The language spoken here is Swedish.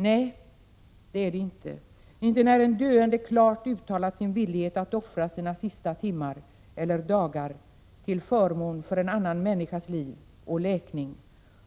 Nej, inte när en döende klart har uttalat sin villighet att offra sina sista timmar eller dagar till förmån för en annan människas liv och läkning